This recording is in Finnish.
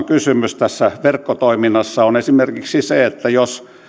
kysymys tässä verkkotoiminnassa on esimerkiksi se jos